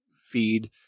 feed